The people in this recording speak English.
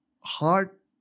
heart